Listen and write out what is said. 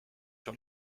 sur